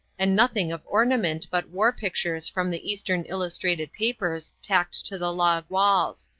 and nothing of ornament but war pictures from the eastern illustrated papers tacked to the log walls.